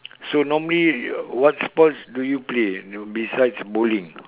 so normally you what sports do you play besides bowling